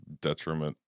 detriment